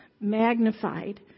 magnified